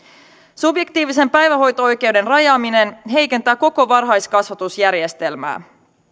subjektiivisen päivähoito oikeuden rajaaminen heikentää koko varhaiskasvatusjärjestelmää